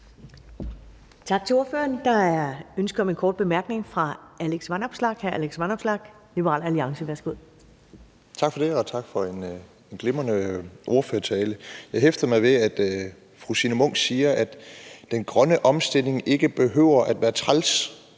Tak til ordføreren. Der er ønske om en kort bemærkning fra hr. Alex Vanopslagh, Liberal Alliance. Værsgo. Kl. 11:59 Alex Vanopslagh (LA): Tak for det, og tak for en glimrende ordførertale. Jeg hæftede mig ved, at fru Signe Munk siger, at den grønne omstilling ikke behøver at være træls,